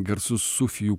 garsus sufijų